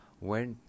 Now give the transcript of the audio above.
went